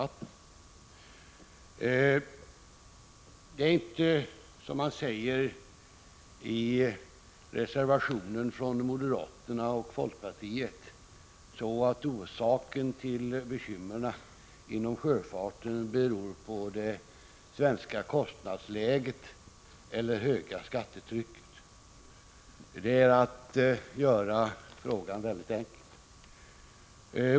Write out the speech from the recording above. Sjöfartens bekymmer beror inte, som man säger i reservationen från moderaterna och folkpartiet, på det svenska kostnadsläget eller höga skattetrycket. Det är att göra frågan väldigt enkel.